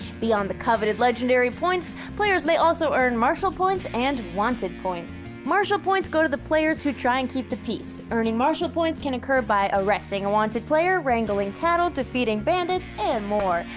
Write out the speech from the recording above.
beyond the coveted legendary points, players may also earn marshal points and wanted points. marshal points go to the players who try and keep the peace. earning marshal points can occur by arresting a wanted player, wrangling cattle, to feeding bandits and more.